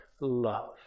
love